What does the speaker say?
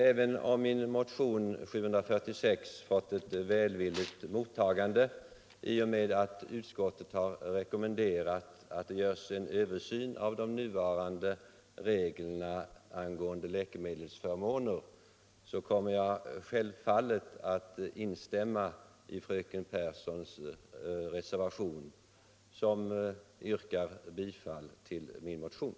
Även om min motion 746 fått ett välvilligt mottagande i och med att utskottet har rekommenderat att det görs en översyn av de nuvarande reglerna angående läkemedelsförmåner, instämmer jag självfallet i yrkandet om bifall till fröken Pehrssons reservation, innebärande bifall till min motion.